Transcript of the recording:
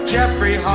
Jeffrey